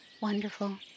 Wonderful